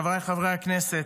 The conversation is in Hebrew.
חבריי חברי הכנסת,